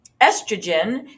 estrogen